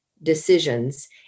decisions